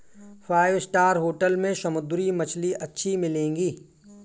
five star hotel में समुद्री मछली अच्छी मिलेंगी